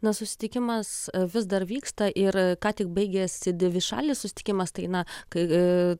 nors susitikimas vis dar vyksta ir ką tik baigėsi dvišalis susitikimas tai na kai